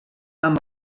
amb